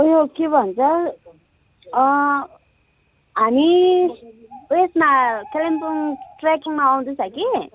उयो के भन्छ हामी उयसमा कालिम्पोङ ट्रेकिङमा आउँदैछ कि